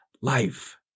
life